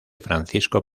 francisco